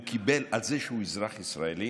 הוא קיבל זאת על זה שהוא אזרח ישראלי,